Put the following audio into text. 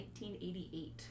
1988